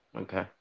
Okay